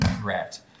threat